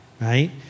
right